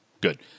Good